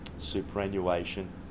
Superannuation